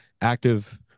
active